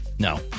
No